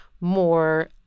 more